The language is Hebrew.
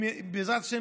בעזרת השם,